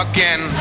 Again